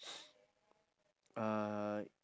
uh